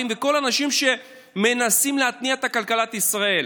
וכל האנשים שמנסים להתניע את כלכלת ישראל.